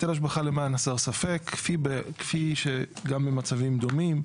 היטל השבחה למען הסר ספק כפי שגם במצבים דומים,